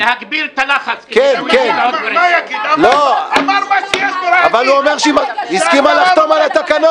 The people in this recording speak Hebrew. להגביר את הלחץ ------ אבל הוא אומר שהיא הסכימה לחתום על התקנות.